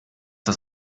das